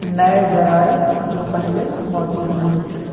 نئے ذرائع جو پہلے موجود نہیں تھے